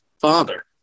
father